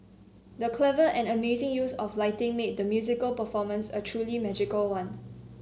the clever and amazing use of lighting made the musical performance a truly magical one